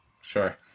Sure